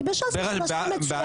כי בש"ס -- רגע שנייה,